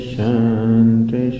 Shanti